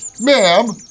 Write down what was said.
Ma'am